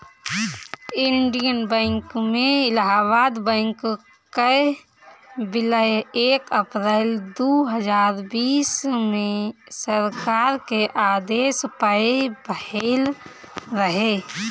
Indian bank में Allahabad bank कअ विलय एक अप्रैल दू हजार बीस में सरकार के आदेश पअ भयल रहे